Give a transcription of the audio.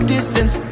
Distance